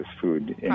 food